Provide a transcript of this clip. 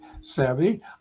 savvy